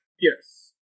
Yes